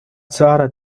țară